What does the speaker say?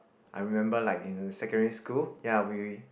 I remember like in secondary school ya we